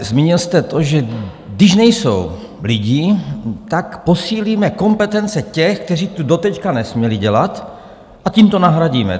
Zmínil jste to, že když nejsou lidé, posílíme kompetence těch, kteří to doteď nesměli dělat, a tím to nahradíme.